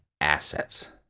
assets